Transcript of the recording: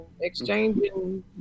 exchanging